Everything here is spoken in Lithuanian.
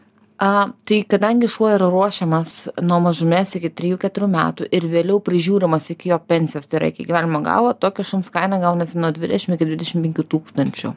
a tai kadangi šuo ruošiamas nuo mažumės iki trijų keturių metų ir vėliau prižiūrimas iki jo pensijos tai yra iki gyvenimo galo tokio šuns kaina gaunasi nuo dvidešim iki dvidešim penkių tūkstančių